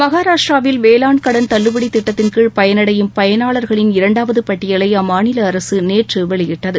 மகாராஷ்டிராவில் வேளாண் கடன் தள்ளுபடி திட்டத்தின்கீழ் பயனடையும் பயனாளர்களின் இரண்டாவது பட்டியலை அம்மாநில அரசு நேற்று வெளியிட்டது